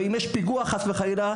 אז אם יש פיגוע חס וחלילה,